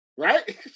Right